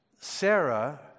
Sarah